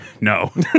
No